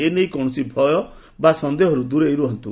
ଏ ନେଇ କୌଣସି ଭୟ ବା ସନ୍ଦେହରୁ ଦୂରେଇ ରୁହନ୍ତୁ